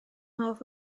hoff